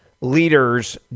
leaders